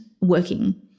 working